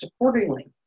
accordingly